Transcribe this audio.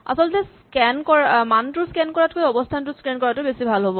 আচলতে মানটোৰ স্কেন কৰাতকৈ অৱস্হানটোৰ স্কেন কৰাটো বেছি ভাল হ'ব